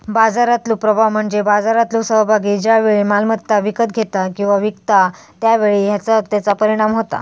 बाजारातलो प्रभाव म्हणजे बाजारातलो सहभागी ज्या वेळी मालमत्ता विकत घेता किंवा विकता त्या वेळी त्याचा परिणाम होता